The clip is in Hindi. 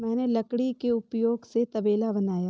मैंने लकड़ी के उपयोग से तबेला बनाया